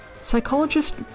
Psychologist